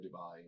Dubai